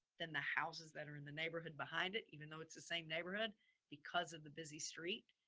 then the houses that are in the neighborhood behind it, even though it's the same neighborhood because of the busy street,